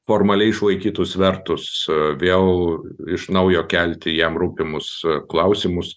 formaliai išlaikytų svertus vėl iš naujo kelti jam rūpimus klausimus